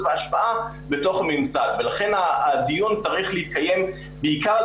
והשפעה בתוך הממסד ולכן הדיון צריך להתקיים בעיקר על